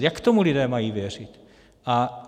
Jak tomu lidé mají věřit?